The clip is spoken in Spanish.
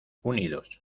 unidos